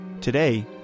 Today